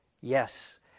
Yes